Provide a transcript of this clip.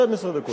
12 דקות.